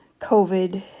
COVID